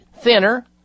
thinner